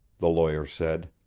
the lawyer said.